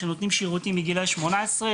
יש פער מאוד גדול בין משרות בפריפריה ובמרכז.